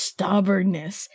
Stubbornness